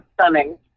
stunning